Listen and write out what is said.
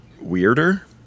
weirder